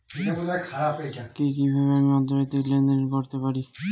কি কিভাবে আমি আন্তর্জাতিক লেনদেন করতে পারি?